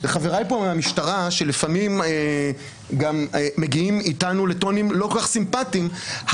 וחבריי פה מהמשטרה שלפעמים גם מגיעים איתנו לטונים לא כל כך סימפטיים,